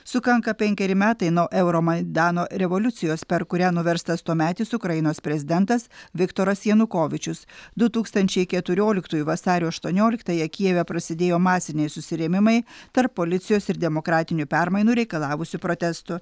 sukanka penkeri metai nuo euro maidano revoliucijos per kurią nuverstas tuometis ukrainos prezidentas viktoras janukovyčius du tūkstančiai keturioliktųjų vasario aštuonioliktąją kijeve prasidėjo masiniai susirėmimai tarp policijos ir demokratinių permainų reikalavusių protestų